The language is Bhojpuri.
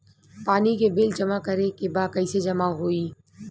पानी के बिल जमा करे के बा कैसे जमा होई?